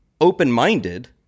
open-minded